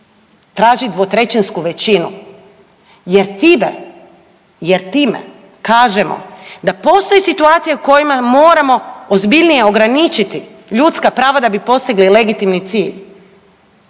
traži dvotrećinsku većinu jer time kažemo da postoji situacijama kojima moramo ozbiljnije ograničiti ljudska prava da bi postigli legitimni cilj,